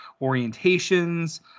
orientations